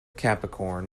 capricorn